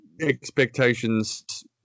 expectations